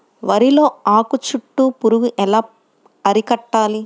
వరిలో ఆకు చుట్టూ పురుగు ఎలా అరికట్టాలి?